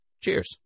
cheers